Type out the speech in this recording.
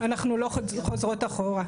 אנחנו לא חוזרות אחורה,